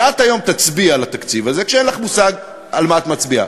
ואת היום תצביעי על התקציב הזה כשאין לך מושג על מה את מצביעה.